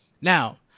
Now